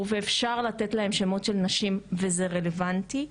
ואפשר לתת להם שמות של נשים וזה רלוונטי.